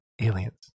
Aliens